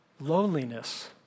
loneliness